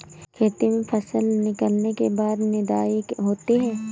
खेती में फसल निकलने के बाद निदाई होती हैं?